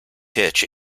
pitch